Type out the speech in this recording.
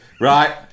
right